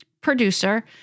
producer